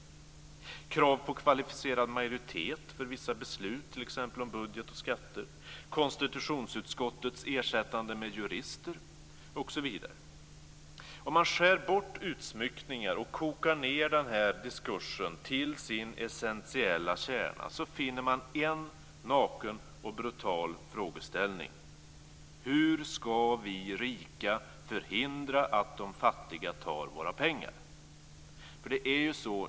Där finns krav på kvalificerad majoritet för vissa beslut, t.ex. budget och skatter, konstitutionsutskottets ersättande med jurister osv. Om man skär bort utsmyckningar och kokar ned diskursen till sin essentiella kärna finner man en naken och brutal frågeställning: Hur ska vi rika förhindra att de fattiga tar våra pengar?